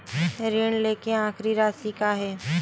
ऋण लेके आखिरी राशि का हे?